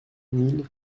mille